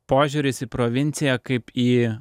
požiūris į provinciją kaip į